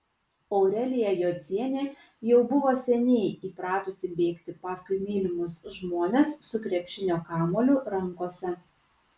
aurelija jocienė jau buvo seniai įpratusi bėgti paskui mylimus žmones su krepšinio kamuoliu rankose